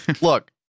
Look